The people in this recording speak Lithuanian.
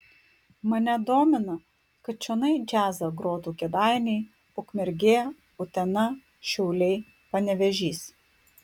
mane domina kad čionai džiazą grotų kėdainiai ukmergė utena šiauliai panevėžys